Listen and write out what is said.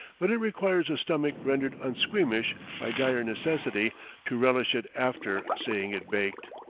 but it requires a stomach rendered unsqueamish by dire necessity to relish it after seeing it baked.